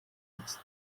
its